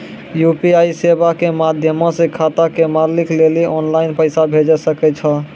UPI सेबा के माध्यमो से खाता के मालिक लेली आनलाइन पैसा भेजै सकै छो